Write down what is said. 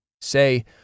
Say